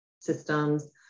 systems